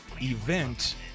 event